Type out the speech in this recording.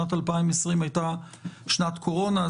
שנת 2020 הייתה שנת קורונה,